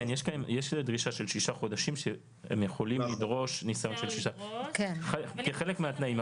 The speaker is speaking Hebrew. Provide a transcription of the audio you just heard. הם יכולים לדרוש ניסיון של שישה חודשים כחלק מהתנאים,